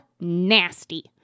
nasty